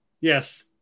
Yes